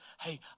Hey